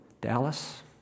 Dallas